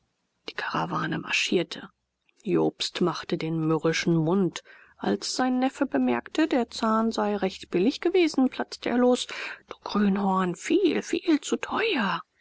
die karawane marschierte jobst machte den mürrischen mund als sein neffe bemerkte der zahn sei recht billig gewesen platzte er los du grünhorn viel viel zu teuer